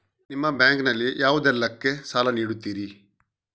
ನಿಮ್ಮ ಬ್ಯಾಂಕ್ ನಲ್ಲಿ ಯಾವುದೇಲ್ಲಕ್ಕೆ ಸಾಲ ನೀಡುತ್ತಿರಿ?